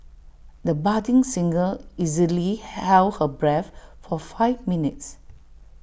the budding singer easily held her breath for five minutes